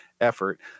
effort